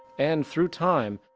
and through time,